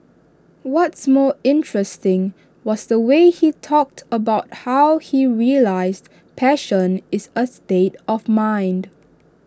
what's more interesting was the way he talked about how he realised passion is A state of mind